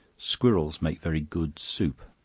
squirrels make very good soup.